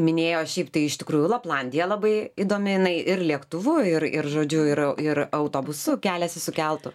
minėjo šiaip tai iš tikrųjų laplandija labai įdomi jinai ir lėktuvu ir ir žodžiu ir ir autobusu keliasi su keltu